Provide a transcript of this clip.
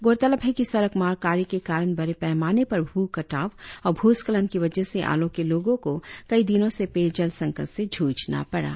गौरतलब है कि सड़क मार्ग कार्य के कारण बड़े पैमाने पर भु कटाव और भूस्खलन की वजह से आलो के लोगों को कई दिनों से पेय जल संकट से जुझना पड़ा